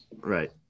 Right